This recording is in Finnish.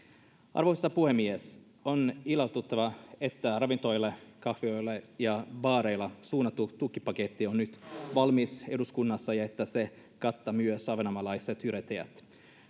arvoisa puhemies on ilahduttavaa että ravintoloille kahviloille ja baareille suunnattu tukipaketti on nyt valmis eduskunnassa ja että se kattaa myös ahvenanmaalaiset yrittäjät